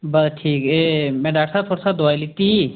बस ठीक एह् में डाक्टर साह्ब थुआढ़े शा दोआई लैत्ती ही